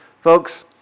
Folks